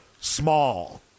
small